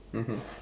mmhmm